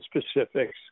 specifics